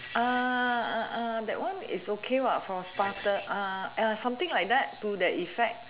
uh that one is okay what for starter something like that to that effect